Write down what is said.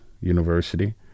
University